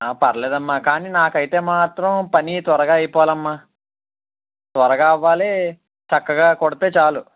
ఆ పర్లేదమ్మా కానీ నాకైతే మాత్రం పని త్వరగా అయిపోవాలమ్మ త్వరగా అవ్వాలి చక్కగా కుడితే చాలు